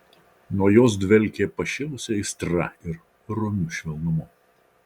nuo jos dvelkė pašėlusia aistra ir romiu švelnumu